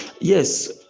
yes